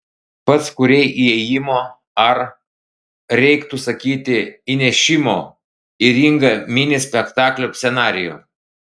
pats kūrei įėjimo ar reiktų sakyti įnešimo į ringą mini spektaklio scenarijų